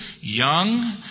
young